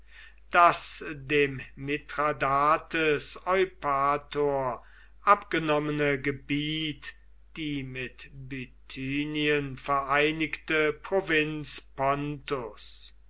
das dem mithradates eupator abgenommene gebiet die mit bithynien vereinigte